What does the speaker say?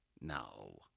No